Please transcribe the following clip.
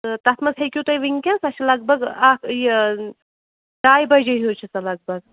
تہٕ تَتھ منٛز ہیٚکِو تُہۍ وُنکیٚنَس سۄ چھِ لگ بگ اَکھ یہِ ڈاے بَجے ہیٛوٗ چھِ سۅ لَگ بَگ